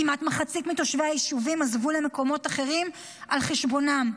כמעט מחצית מתושבי היישובים עזבו למקומות אחרים על חשבונם.